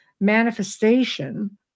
manifestation